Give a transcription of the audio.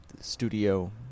studio